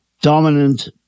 dominant